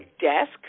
desk